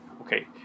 Okay